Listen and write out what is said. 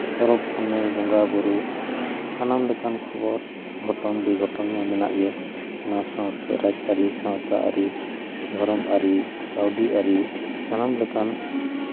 ᱯᱚᱨᱚᱵᱽ ᱯᱩᱱᱟᱹᱭ ᱵᱚᱸᱜᱟᱼᱵᱩᱨᱩ ᱥᱟᱱᱟᱢ ᱞᱮᱠᱟᱱ ᱠᱷᱚᱵᱚᱨ ᱜᱷᱚᱴᱚᱱ ᱵᱮᱼᱜᱷᱚᱴᱚᱱ ᱢᱟ ᱢᱮᱱᱟᱜ ᱜᱮᱭᱟ ᱚᱱᱟ ᱥᱟᱶᱛᱮ ᱨᱟᱡᱽ ᱟᱹᱨᱤ ᱥᱟᱶᱛᱟ ᱟᱹᱨᱤ ᱫᱷᱚᱨᱚᱢ ᱟᱹᱨᱤ ᱠᱟᱹᱣᱰᱤ ᱟᱹᱨᱤ ᱥᱟᱱᱟᱢ ᱞᱮᱠᱟᱱ